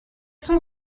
cent